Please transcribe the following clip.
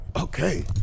okay